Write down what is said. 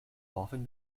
often